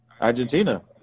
Argentina